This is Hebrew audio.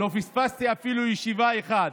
לא פספסתי אפילו ישיבה אחת.